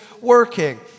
working